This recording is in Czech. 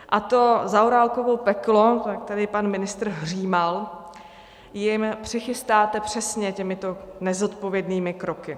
A to Zaorálkovo peklo, jak tady pan ministr hřímal, jim přichystáte přesně těmito nezodpovědnými kroky.